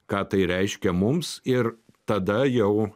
ką tai reiškia mums ir tada jau